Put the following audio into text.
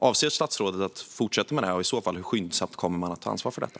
Avser statsrådet att fortsätta med detta, och hur skyndsamt kommer man i så fall att ta ansvar för detta?